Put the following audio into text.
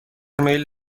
میل